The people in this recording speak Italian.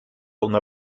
una